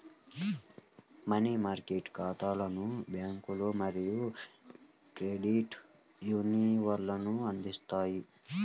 money market ఖాతాలను బ్యాంకులు మరియు క్రెడిట్ యూనియన్లు అందిస్తాయి